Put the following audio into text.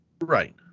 Right